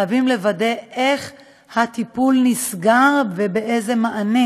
חייבים לוודא איך הטיפול נסגר ואיזה מענה